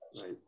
Right